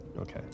Okay